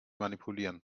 manipulieren